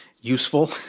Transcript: useful